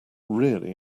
really